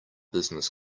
business